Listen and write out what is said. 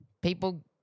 People